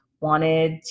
wanted